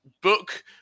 book